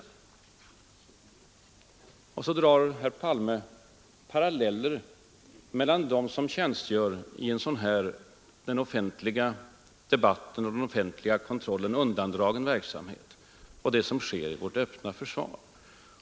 Men i det sammanhanget drar herr Palme paralleller mellan dem som tjänstgör i en sådan, den offentliga debatten och den offentliga kontrollen undandragen verksamhet och dem som arbetar i vårt öppna försvar.